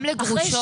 גם לגרושות.